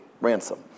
ransom